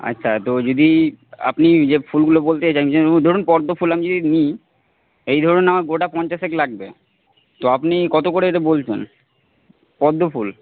আচ্ছা তো যদি আপনি যে ফুলগুলো বলতে চাইছেন ধরুন পদ্ম ফুল আমি যদি নিই এই ধরুন আমার গোটা পঞ্চাশ লাগবে তো আপনি কত করে ওইটা বলছেন পদ্ম ফুল